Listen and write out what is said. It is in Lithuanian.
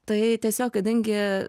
tai tiesiog kadangi